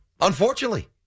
unfortunately